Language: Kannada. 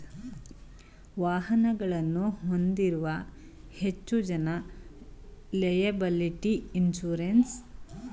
ವಾಹನಗಳನ್ನು ಹೊಂದಿರುವ ಹೆಚ್ಚು ಜನ ಲೆಯಬಲಿಟಿ ಇನ್ಸೂರೆನ್ಸ್ ಅನ್ನು ಹೊಂದಿರುತ್ತಾರೆ